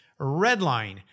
Redline